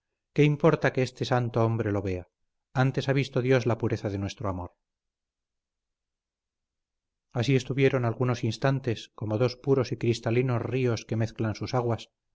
qué importa que este santo hombre lo vea antes ha visto dios la pureza de nuestro amor así estuvieron algunos instantes como dos puros y cristalinos ríos que mezclan sus aguas